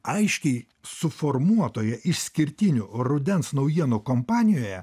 aiškiai suformuotoje išskirtinių rudens naujienų kompanijoje